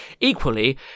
Equally